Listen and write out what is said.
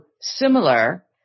similar